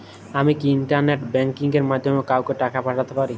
আমি কি internet banking এর মাধ্যমে কাওকে টাকা পাঠাতে পারি?